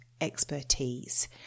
expertise